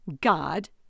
God